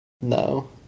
No